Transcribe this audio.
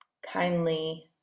kindly